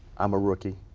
i'm ah rooki.